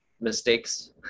mistakes